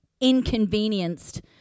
inconvenienced